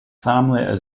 family